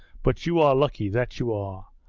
but you are lucky, that you are!